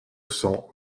cents